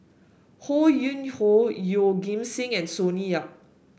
Ho Yuen Hoe Yeoh Ghim Seng and Sonny Yap